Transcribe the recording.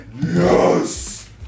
Yes